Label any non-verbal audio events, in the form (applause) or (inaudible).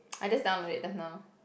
(noise) I just downloaded it just now